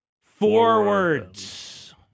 forwards